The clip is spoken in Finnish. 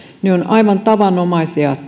ne ovat aivan tavanomaisia